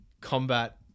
combat